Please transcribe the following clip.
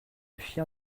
chien